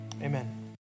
Amen